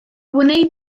wnei